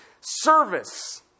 Service